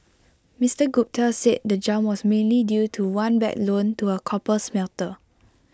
Mister Gupta said the jump was mainly due to one bad loan to A copper smelter